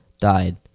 died